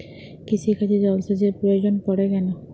কৃষিকাজে জলসেচের প্রয়োজন পড়ে কেন?